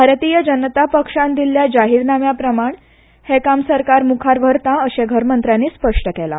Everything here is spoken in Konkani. भारतीय जनता पक्षान दील्ल्या जाहीरनाम्याप्रमाण हे काम सरकार म्खार व्हरता अर्शे घरमंत्र्यांनी स्प्श्ट केले